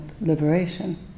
liberation